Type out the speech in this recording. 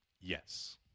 Yes